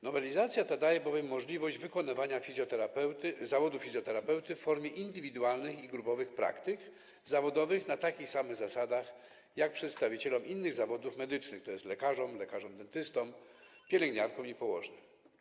Nowelizacja ta daje bowiem możliwość wykonywania zawodu fizjoterapeuty w formie indywidualnych i grupowych praktyk zawodowych na takich samych zasadach jak przedstawicielom innych zawodów medycznych, tj. lekarzom, lekarzom dentystom, pielęgniarkom i położnym.